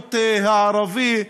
המיעוט הערבי,